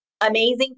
amazing